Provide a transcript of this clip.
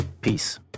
peace